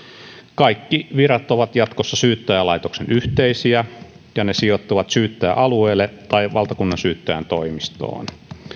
kaikki virat ovat jatkossa syyttäjälaitoksen yhteisiä ja ne sijoittuvat syyttäjäalueelle tai valtakunnansyyttäjän toimistoon